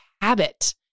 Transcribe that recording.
habit